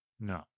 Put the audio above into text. No